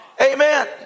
Amen